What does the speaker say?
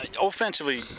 Offensively